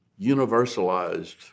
universalized